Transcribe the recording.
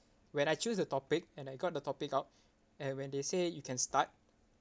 when I choose the topic and I got the topic out and when they say you can start